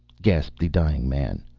gasped the dying man.